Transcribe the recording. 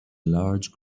large